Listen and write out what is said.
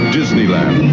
Disneyland